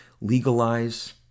Legalize